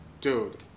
dude